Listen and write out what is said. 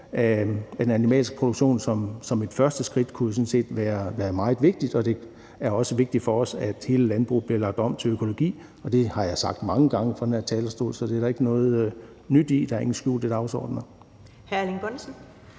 af den animalske produktion som et første skridt kunne jo sådan set være meget vigtigt. Og det er også vigtigt for os, at hele landbruget bliver lagt om til økologi, og det har jeg sagt mange gange fra den her talerstol. Så det er der ikke noget nyt i. Der er ingen skjulte dagsordener. Kl.